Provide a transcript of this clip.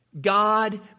God